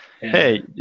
hey